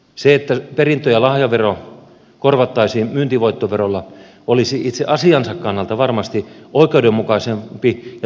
se että perintö ja lahjavero korvattaisiin myyntivoittoverolla olisi itse asiansa kannalta varmasti oikeudenmukaisempi ja toimivampi asia